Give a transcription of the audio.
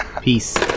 Peace